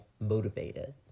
Motivated